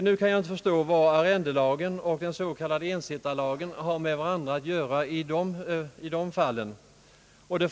Nu kan jag inte förstå vad arrendelagen och den s.k. ensittarlagen har med varandra att göra i de fallen.